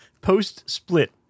post-split